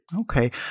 Okay